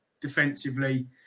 defensively